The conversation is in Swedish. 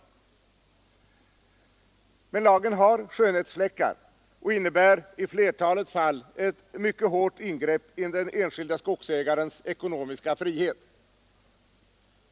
Lagen har emellertid skönhetsfläckar och innebär i flertalet fall ett mycket hårt ingrepp i den enskilde skogsägarens ekonomiska frihet.